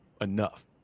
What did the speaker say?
enough